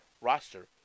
roster